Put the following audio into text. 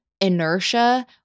inertia